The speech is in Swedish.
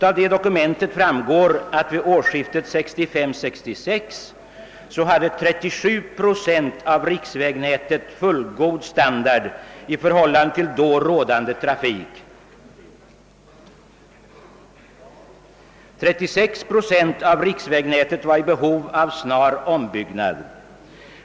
Av det dokumentet framgår att vid årsskiftet 1965/66 hade 37 procent av riksvägnätet fullgod standard i förhållande till då rådande trafik. 36 procent av riksvägnätet var i behov av snar ombyggnad.